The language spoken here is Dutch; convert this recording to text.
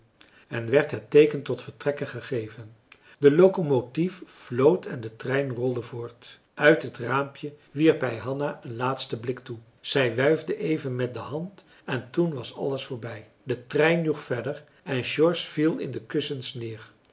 en werd het teeken tot vertrekken gegeven de locomotief floot en de trein rolde voort uit het raampje wierp hij hanna een laatsten blik toe zij wuifde even met de hand en toen was alles voorbij de trein joeg verder en george viel in de kussens neer